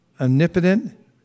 omnipotent